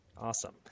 awesome